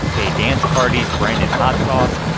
gay dance parties, branded hot sauce.